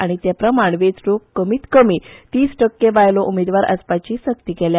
आनी ते प्रमाण वेचणूकेत कमीतकमी तीस टक्के बायलो उमेदवार आसपाची सक्ती केल्या